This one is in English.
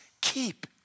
Keep